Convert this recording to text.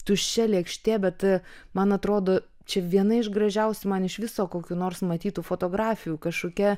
tuščia lėkštė bet man atrodo čia viena iš gražiausių man iš viso kokių nors matytų fotografijų kažkokia